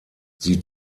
sie